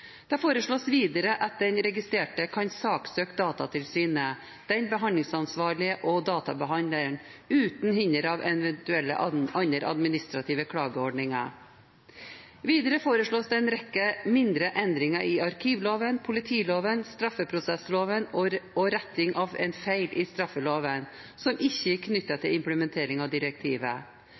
Det foreslås videre at den registrerte kan saksøke Datatilsynet, den behandlingsansvarlige og databehandleren uten hinder av eventuelle andre administrative klageordninger. Videre foreslås en rekke mindre endringer i arkivloven, politiloven og straffeprosessloven og retting av en feil i straffeloven som ikke er knyttet til implementeringen av direktivet.